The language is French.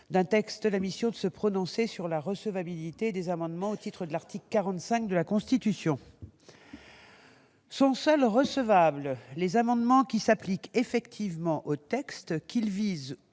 d'un texte la mission de se prononcer sur la recevabilité des amendements au titre de l'article 45 de la Constitution. Sont seuls recevables les amendements qui s'appliquent effectivement au texte qu'ils visent